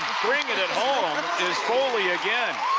bringing it home is foley again.